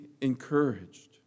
encouraged